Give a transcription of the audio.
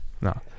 No